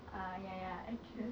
err ya ya actress